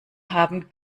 haben